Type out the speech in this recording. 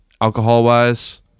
alcohol-wise